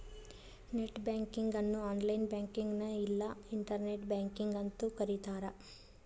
net banking ಅನ್ನು online ಬ್ಯಾಂಕಿಂಗ್ನ ಇಲ್ಲಾ ಇಂಟರ್ನೆಟ್ ಬ್ಯಾಂಕಿಂಗ್ ಅಂತೂ ಕರಿತಾರ